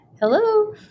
Hello